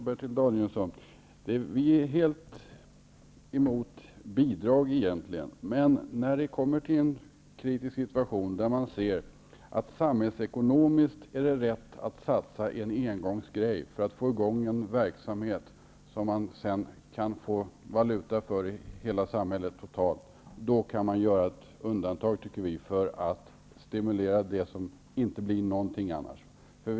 Herr talman! Vi är egentligen helt emot bidrag, Bertil Danielsson. Men när det blir en kritisk situation där man ser att det samhällsekonomiskt är rätt att satsa ett engångsbelopp för att få i gång en verksamhet som sedan hela samhället totalt sett kan få valuta för, kan man enligt vår mening göra ett undantag för att stimulera det som annars inte skulle bli någonting.